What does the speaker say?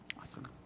Awesome